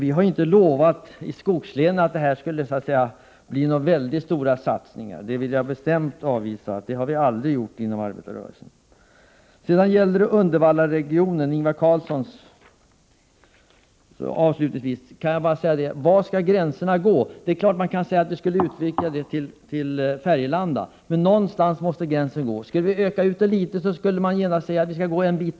Vi har från arbetarrörelsens sida inte lovat att löntagarfonderna skulle innebära stora satsningar i skogslänen. Ingvar Karlsson i Bengtsfors talade om Uddevallaregionen, och jag vill avslutningsvis fråga: Var skall gränserna för denna region gå? Vi kan naturligtvis utvidga det område som omfattas av åtgärdsprogrammet till att också gälla Färgelanda, men om vi gjorde det skulle någon genast kräva att vi tog med ytterligare orter.